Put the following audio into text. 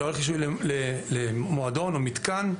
אלא הליך רישוי למועדון או מתקן,